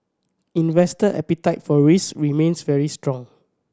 investor appetite for risk remains very strong